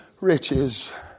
riches